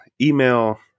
email